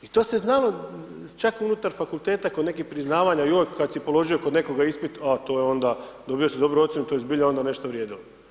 I to se znalo čak unutar fakulteta kod nekih priznavanja, joj kad si položio kod nekog ispita a to je onda, dobio si dobru ocjenu, to je zbilja onda nešto vrijedilo.